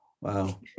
wow